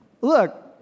Look